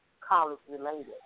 college-related